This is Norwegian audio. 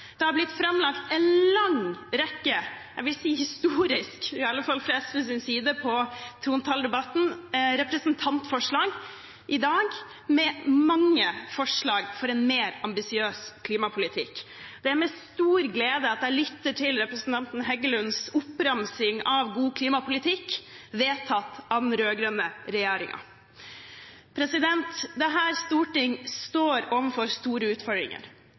Det er blitt framlagt en lang rekke – jeg vil si historiske, iallfall fra SVs side – representantforslag i trontaledebatten i dag. Det er mange forslag for en mer ambisiøs klimapolitikk. Det var med stor glede at jeg lyttet til representanten Heggelunds oppramsing av god klimapolitikk vedtatt av den rød-grønne regjeringen. Dette stortinget står overfor store utfordringer.